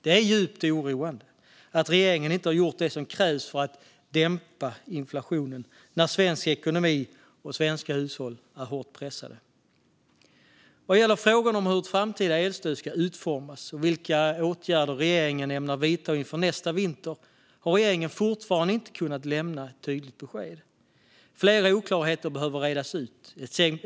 Det är djupt oroande att regeringen inte har gjort det som krävs för att dämpa inflationen när svensk ekonomi och svenska hushåll är hårt pressade. Vad gäller frågorna om hur ett framtida elstöd ska utformas och vilka åtgärder regeringen ämnar vidta inför nästa vinter har regeringen fortfarande inte kunnat lämna ett tydligt besked. Flera oklarheter behöver redas ut.